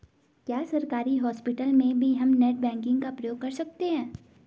क्या सरकारी हॉस्पिटल में भी हम नेट बैंकिंग का प्रयोग कर सकते हैं?